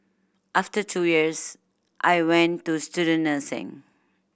after two years I went to student nursing